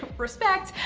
respect,